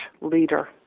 leader